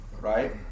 right